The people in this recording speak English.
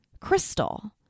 Crystal